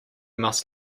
must